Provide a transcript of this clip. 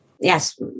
Yes